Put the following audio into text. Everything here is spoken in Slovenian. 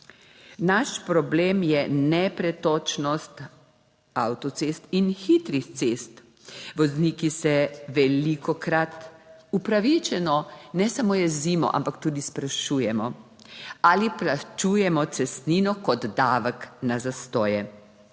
Naš problem je nepretočnost avtocest in hitrih cest. Vozniki se velikokrat upravičeno ne samo jezimo, ampak tudi sprašujemo, ali plačujemo cestnino kot davek na zastoje.